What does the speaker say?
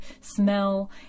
smell